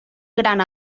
gran